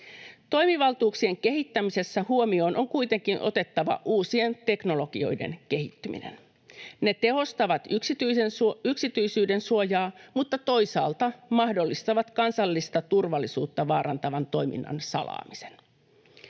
Toimivaltuuksien kehittämisessä huomioon on kuitenkin otettava uusien teknologioiden kehittyminen. Ne tehostavat yksityisyyden suojaa, mutta toisaalta mahdollistavat kansallista turvallisuutta vaarantavan toiminnan salaamisen.